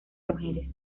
mujeres